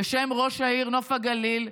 בשם ראש העיר נוף הגליל,